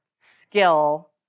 skill